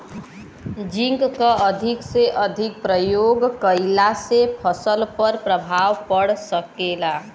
Zinc खाद क अधिक से अधिक प्रयोग कइला से फसल पर का प्रभाव पड़ सकेला?